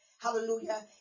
Hallelujah